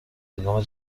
هنگام